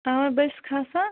اَوے بے چھَس کھَسان